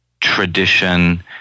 tradition